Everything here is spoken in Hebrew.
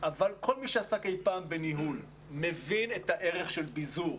אבל כל מי שעסק אי פעם בניהול מבין את הערך של ביזור,